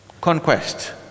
conquest